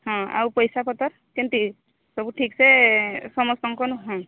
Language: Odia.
ହଁ ଆଉ ପଇସାପତର୍ କେମ୍ତି ସବୁ ଠିକ୍ସେ ସମସ୍ତଙ୍କନୁ ହଁ